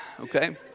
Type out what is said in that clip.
okay